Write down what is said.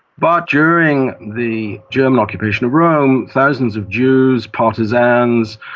but during the german occupation of rome thousands of jews, partisans,